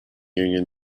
union